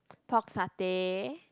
pork satay